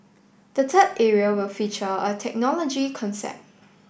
the third area will feature a technology concept